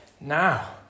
now